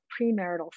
premarital